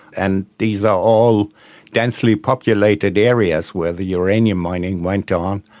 and these are all densely populated areas where the uranium mining went on.